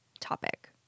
topic